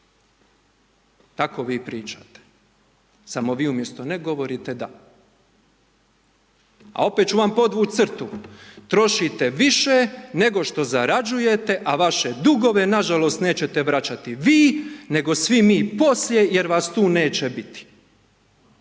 Tako vi pričate, samo vi umjesto ne, govorite da. A opet ću vam podvući crtu. Trošite više, nego što zarađujete, a vaše dugove, nažalost, nećete vraćati vi, nego svi mi poslije jer vas tu neće biti.